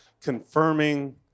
confirming